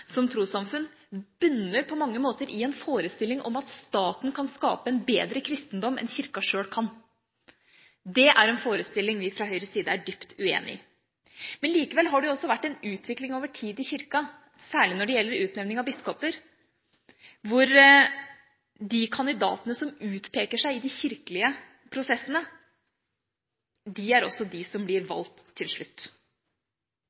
som trossamfunn bunner på mange måter i en forestilling om at staten kan skape en bedre kristendom enn Kirka sjøl kan. Det er en forestilling vi fra Høyres side er dypt uenig i. Likevel har det vært en utvikling over tid i Kirka. Særlig når det gjelder utnevning av biskoper, har de kandidatene som utpeker seg i de kirkelige prosessene, også vært dem som blir